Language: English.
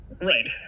right